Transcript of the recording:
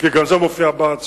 כי גם זה מופיע בהצעה,